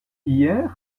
hier